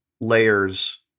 layers